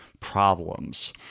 Problems